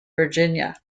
virginia